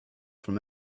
from